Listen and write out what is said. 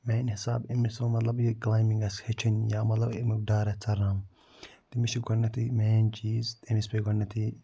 میٛانہِ حِساب ییٚمِس وۄنۍ مَطلَب یہِ کٕلایمبِنٛگ آسہِ ہیٚچھِنۍ یا مَطلَب اَمیُک ڈَر آسہِ ژٔلراوُن تٔمِس چھِ گۄڈٕنٮ۪تھٕے مین چیٖز تٔمِس پے گۄڈٕنٮ۪تھٕے